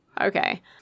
Okay